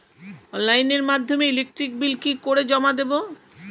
অনলাইনের মাধ্যমে electric bill কি করে জমা দেবো?